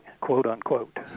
quote-unquote